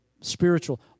spiritual